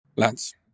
lance